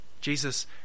Jesus